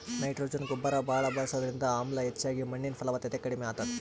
nitrogen ಗೊಬ್ಬರ್ ಭಾಳ್ ಬಳಸದ್ರಿಂದ ಆಮ್ಲ ಹೆಚ್ಚಾಗಿ ಮಣ್ಣಿನ್ ಫಲವತ್ತತೆ ಕಡಿಮ್ ಆತದ್